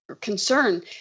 concern